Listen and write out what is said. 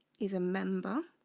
is a member